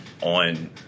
on